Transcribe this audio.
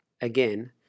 again